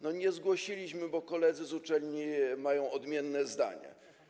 Nie zgłosiliśmy, bo koledzy z uczelni mają odmienne zdania.